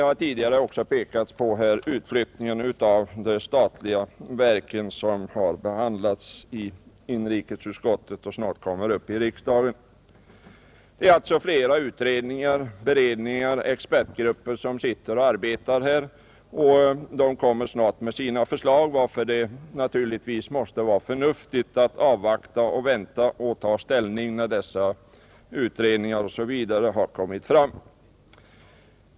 Här har också pekats på förslaget om utflyttning av statliga verk, som behandlats i inrikesutskottet och snart kommer upp i kammaren, Det är alltså flera utredningar, beredningar och expertgrupper som arbetar, och de kommer snart med sina förslag, varför det naturligtvis måste vara förnuftigt att vänta med att ta ställning tills dessa utredningar osv, har kommit fram med sina betänkanden.